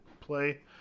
play